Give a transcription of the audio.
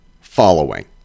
following